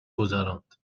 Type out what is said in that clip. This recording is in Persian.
گذراند